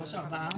הצבעה בעד,